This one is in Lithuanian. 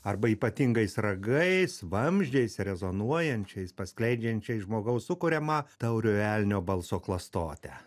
arba ypatingais ragais vamzdžiais rezonuojančiais paskleidžiančiais žmogaus sukuriamą tauriojo elnio balso klastotę